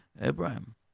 Abraham